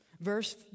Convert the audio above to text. Verse